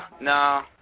nah